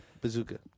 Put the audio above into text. bazooka